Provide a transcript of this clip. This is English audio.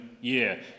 year